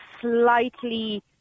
slightly